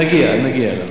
נגיע, נגיע אליו.